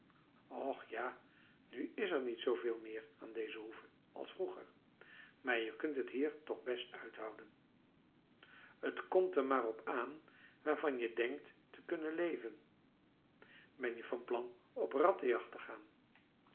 och ja nu is er niet zooveel meer aan deze hoeve als vroeger maar je kunt het hier toch best uithouden t komt er maar op aan waarvan je denkt te kunnen leven ben je van plan op rattenjacht te gaan